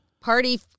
Party